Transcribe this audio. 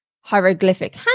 hieroglyphic